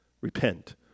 Repent